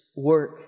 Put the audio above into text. Work